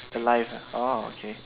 the live ah okay